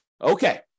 Okay